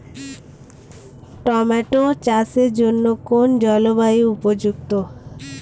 Tomato চাষের জন্য কোন জলবায়ু উপযুক্ত?